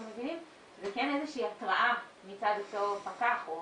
מבינים זה כן איזושהי התראה מצד אותו פקח או